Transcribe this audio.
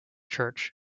church